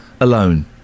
alone